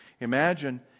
Imagine